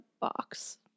box